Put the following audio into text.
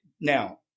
now